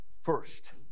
first